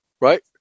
Right